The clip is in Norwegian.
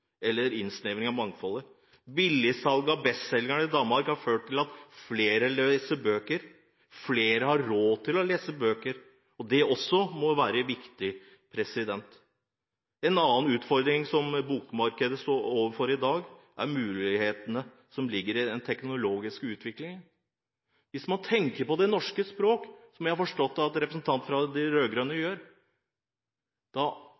eller innsnevring av mangfoldet. Billigsalg av bestselgere i Danmark har ført til at flere leser bøker – flere har råd til å lese bøker. Det må også være viktig. En annen utfordring som bokmarkedet står overfor i dag, er de mulighetene som ligger i den teknologiske utviklingen. Hvis man har det norske språket i tankene, som jeg har forstått at representanten fra de